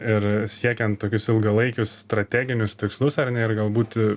ir siekiant tokius ilgalaikius strateginius tikslus ar ne ir galbūt